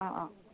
অঁ অঁ